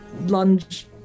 lunge